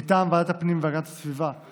מטעם ועדת הפנים והגנת הסביבה,